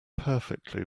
perfectly